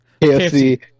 kfc